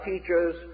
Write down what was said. teachers